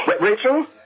Rachel